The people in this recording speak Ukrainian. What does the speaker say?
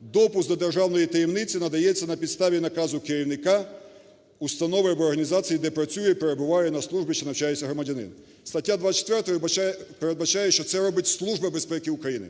"Допуск до державної таємниці надається на підставі наказу керівника установи або організації, де працює, перебуває на службі чи навчається громадянин". Стаття 24 передбачає, що це робить Служба безпеки України.